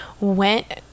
went